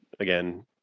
Again